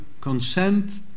consent